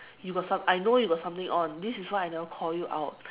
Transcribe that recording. you got some I know you got something on this is why I never call you out